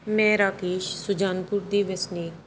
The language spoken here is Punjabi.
ਮੇਰਾ ਰਾਕੇਸ਼ ਸੁਜਾਨਪੁਰ ਦੀ ਵਸਨੀਕ